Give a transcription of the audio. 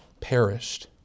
Perished